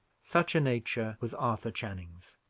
such a nature was arthur channing's.